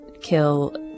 kill